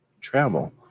travel